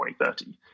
2030